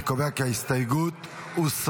אני קובע כי ההסתייגות הוסרה.